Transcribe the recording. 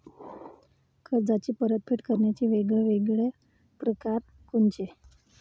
कर्जाची परतफेड करण्याचे वेगवेगळ परकार कोनचे?